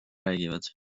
räägivad